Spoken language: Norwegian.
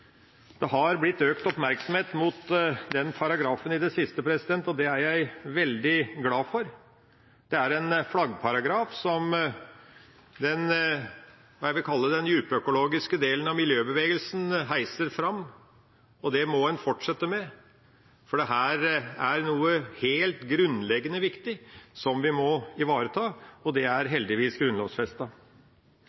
Det har blitt rettet økt oppmerksomhet mot denne paragrafen i det siste, og det er jeg veldig glad for. Det er en flaggparagraf, som det jeg vil kalle den djupøkologiske delen av miljøbevegelsen heiser fram. Det må en fortsette med, for dette er noe helt grunnleggende viktig, som vi må ivareta, og det er